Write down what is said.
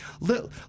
little